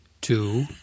two